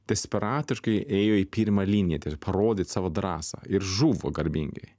desperatiškai ėjo į pirmą liniją tiesiog parodyt savo drąsą ir žuvo garbingai